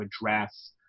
address